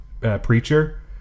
Preacher